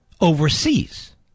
overseas